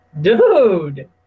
Dude